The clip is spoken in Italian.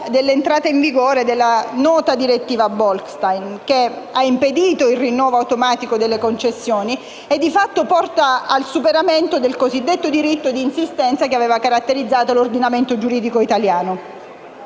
dell'entrata in vigore della nota direttiva Bolkestein che, impedendo il rinnovo automatico delle concessioni, porta di fatto al superamento del cosiddetto diritto di insistenza, che aveva caratterizzato l'ordinamento giuridico italiano.